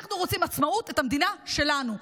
אנחנו רוצים עצמאות, את המדינה שלנו.